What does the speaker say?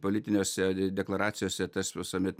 politiniuose deklaracijose tas visuomet